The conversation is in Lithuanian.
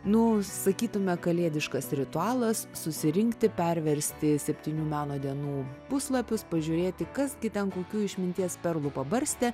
nu sakytume kalėdiškas ritualas susirinkti perversti septynių meno dienų puslapius pažiūrėti kas gi ten kokių išminties perlų pabarstė